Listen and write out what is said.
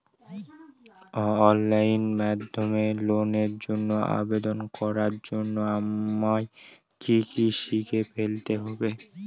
Online মাধ্যমে লোনের জন্য আবেদন করার জন্য আমায় কি কি শিখে ফেলতে হবে?